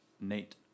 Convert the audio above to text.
Nate